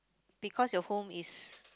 because your home is